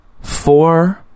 four